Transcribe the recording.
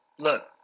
Look